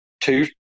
two